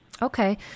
Okay